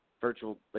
virtual